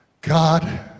God